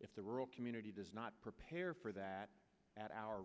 if the rural community does not prepare for that at our